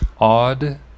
odd